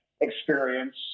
experience